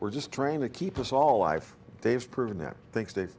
we're just trying to keep us all life they've proven that thanks